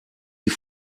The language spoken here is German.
die